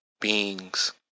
beings